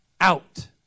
out